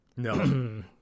No